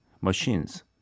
machines